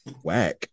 whack